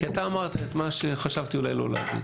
כי אתה אמרת את מה שחשבתי אולי לא להגיד